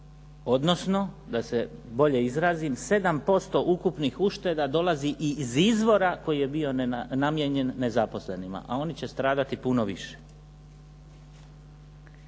odnosno da se bolje izrazim, 7% ukupnih ušteda dolazi i iz izvora koji je bio namijenjen nezaposlenima, a oni će stradati puno više.